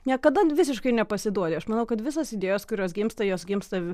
niekada visiškai nepasiduodi aš manau kad visos idėjos kurios gimsta jos gimsta